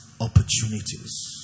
opportunities